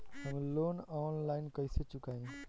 हम loan online कइसे चुकाई?